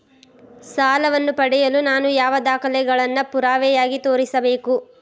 ಸಾಲವನ್ನು ಪಡೆಯಲು ನಾನು ಯಾವ ದಾಖಲೆಗಳನ್ನು ಪುರಾವೆಯಾಗಿ ತೋರಿಸಬೇಕು?